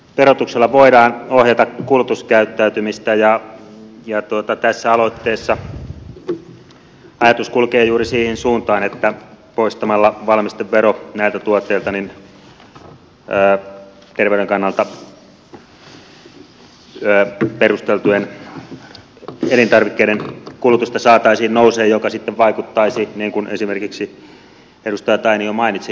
verotuksella voidaan ohjata kulutuskäyttäytymistä ja tässä aloitteessa ajatus kulkee juuri siihen suuntaan että poistamalla valmistevero näiltä tuotteilta terveyden kannalta perusteltujen elintarvikkeiden kulutusta saataisiin nousemaan mikä sitten vaikuttaisi niin kuin esimerkiksi edustaja tainio mainitsi kansanterveyteen